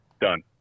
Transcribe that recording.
Done